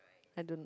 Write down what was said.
I don't